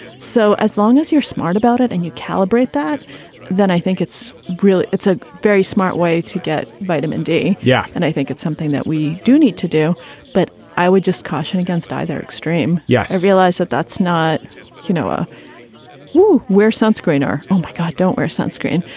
so as long as you're smart about it and you calibrate that then i think it's real. it's a very smart way to get vitamin d. yeah. and i think it's something that we do need to do but i would just caution against either extreme. yeah. i realize that that's not you know a well wear sunscreen or. oh my god don't wear sunscreen.